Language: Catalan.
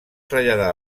traslladar